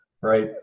Right